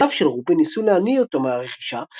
ידידיו של רופין ניסו להניא אותו מהרכישה